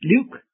Luke